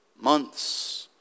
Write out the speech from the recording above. months